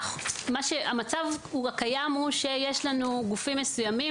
המצב הקיים הוא שיש לנו גופים מסוימים